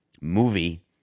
movie